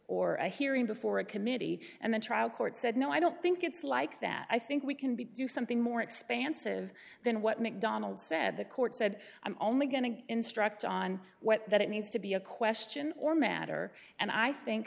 or a hearing before a committee and the trial court said no i don't think it's like that i think we can be do something more expansive than what macdonald said the court said i'm only going to instruct on what that it needs to be a question or matter and i think